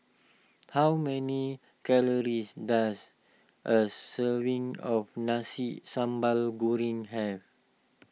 how many calories does a serving of Nasi Sambal Goreng have